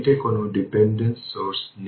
এখন এই ক্ষেত্রে τ LeqR